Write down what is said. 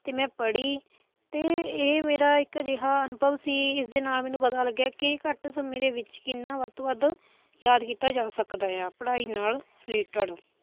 ਅਤੇ ਮੈਂ ਪੜ੍ਹੀ ਅਤੇ ਇਹ ਮੇਰਾ ਇੱਕ ਅਜਿਹਾ ਅਨੁਭਵ ਸੀ ਇਸ ਦੇ ਨਾਲ ਮੈਨੂੰ ਪਤਾ ਲੱਗਿਆ ਕਿ ਘੱਟ ਸਮੇਂ ਦੇ ਵਿੱਚ ਕਿੰਨਾਂ ਵੱਧ ਤੋਂ ਵੱਧ ਯਾਦ ਕੀਤਾ ਜਾ ਸਕਦਾ ਏ ਆ ਪੜ੍ਹਾਈ ਨਾਲ ਰਿਲੇਟਡ